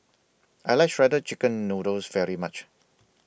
I like Shredded Chicken Noodles very much